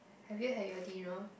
have you had your dinner